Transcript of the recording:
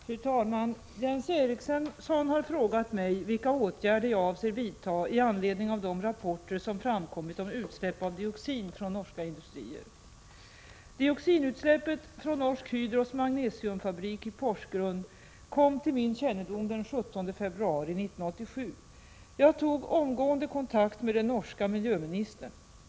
Fru talman! Jens Eriksson har frågat mig vilka åtgärder jag avser vidta i anledning av de rapporter som framkommit om utsläpp av dioxin från norska industrier. Dioxinutsläppet från Norsk Hydros magnesiumfabrik i Porsgrunn kom till min kännedom den 17 februari 1987. Jag tog omgående kontakt med den norska miljöministern.